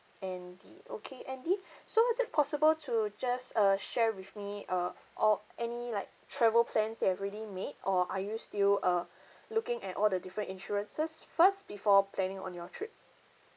andy okay andy so is it possible to just uh share with me uh or any like travel plans that already made or are you still uh looking at all the different insurances first before planning on your trip